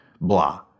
blah